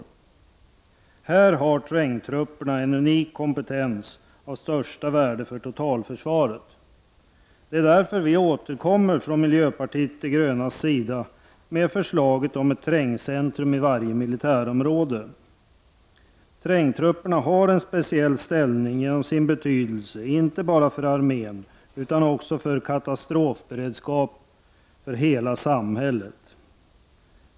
I detta sammanhang har trängtrupperna en unik kompetens av största värde för totalförsvaret. Därför återkommer vi nu från miljöpartiet de grönas sida med förslag om ett trängcentrum i varje militärområde. Trängtrupperna har en speciell ställning genom sin betydelse, inte bara för armén utan också som katastrofberedskap för hela samhället.